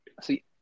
See